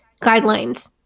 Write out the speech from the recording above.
guidelines